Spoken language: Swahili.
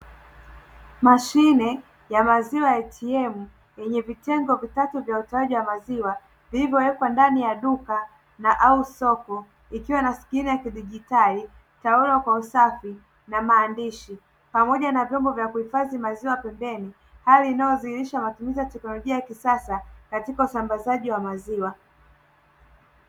Mashine ya maziwa ATM yenye vitengo vitatu vya utoaji wa maziwa, vilivyowekwa ndani ya duka na ausopo. Ikiwa na skrini ya kidijitali, taulo kwa usafi na maandishi, pamoja na vyombo vya kuhifadhi maziwa pembeni. Hali inayodhihirisha matumizi ya teknolojia ya kisasa katika usambazaji wa maziwa.